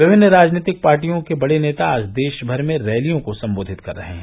विभिन्न राजनीतिक पार्टियों के बड़े नेता आज देशभर में रैलियों को सम्बोधित कर रहे हैं